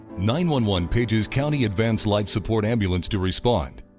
nine one one pages county advanced life support ambulance to respond.